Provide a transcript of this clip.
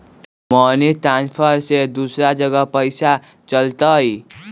Money transfer से दूसरा जगह पईसा चलतई?